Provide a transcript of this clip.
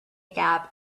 gap